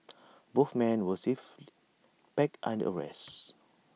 both men were swiftly bike under arrest